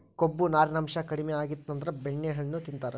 ಕೊಬ್ಬು, ನಾರಿನಾಂಶಾ ಕಡಿಮಿ ಆಗಿತ್ತಂದ್ರ ಬೆಣ್ಣೆಹಣ್ಣು ತಿಂತಾರ